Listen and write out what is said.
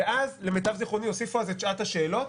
ואז, למיטב זיכרוני הוסיפו את שעת השאלות.